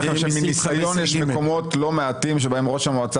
מניסיון יש מקומות לא מעטים שבהם ראש המועצה